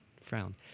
frown